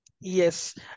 Yes